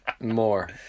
more